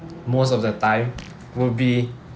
most of the time would be